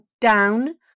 Down